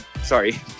sorry